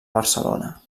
barcelona